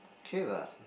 K lah